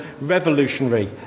revolutionary